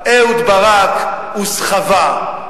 אהוד ברק הוא סחבה.